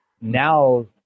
now